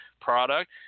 product